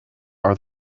are